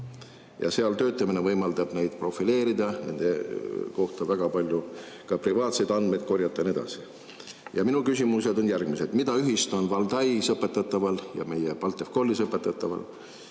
ja seal töötamine võimaldab neid profileerida, nende kohta väga palju ka privaatseid andmeid koguda ja nii edasi. Minu küsimused on järgmised. Mida ühist on Valdais õpetataval ja meie BALTDEFCOL‑is õpetataval?